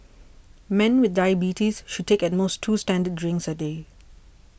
men with diabetes should take at most two standard drinks a day